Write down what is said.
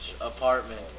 apartment